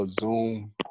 Zoom